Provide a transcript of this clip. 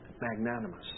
magnanimous